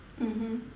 mmhmm